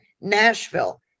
Nashville